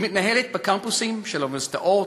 היא מתנהלת בקמפוסים של אוניברסיטאות,